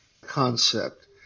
concept